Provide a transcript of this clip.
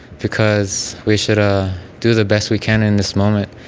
because we should ah do the best we can in this moment,